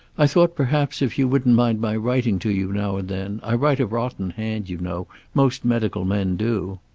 i thought perhaps, if you wouldn't mind my writing to you, now and then i write a rotten hand, you know. most medical men do.